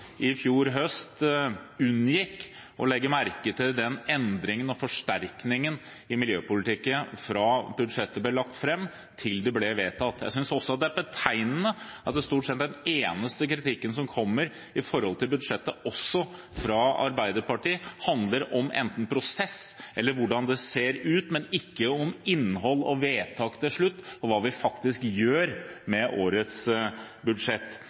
i fjor høst, unngikk å legge merke den endringen og forsterkningen av miljøpolitikken som skjedde fra budsjettet ble lagt fram til det ble vedtatt. Jeg synes det også er betegnende at det som stort sett er den eneste kritikken som kommer når det gjelder budsjettet – også fra Arbeiderpartiet – handler om enten prosess eller hvordan det ser ut, men ikke om innhold og vedtak til slutt, eller om hva vi faktisk gjør med årets budsjett.